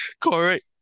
Correct